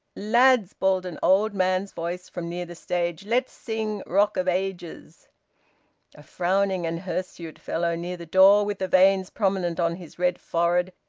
lads, bawled an old man's voice from near the stage, let's sing rock of ages a frowning and hirsute fellow near the door, with the veins prominent on his red forehead,